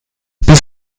bis